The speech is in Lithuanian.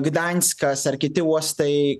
gdanskas ar kiti uostai